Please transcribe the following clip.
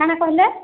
କା'ଣା କହେଲେ